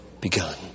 begun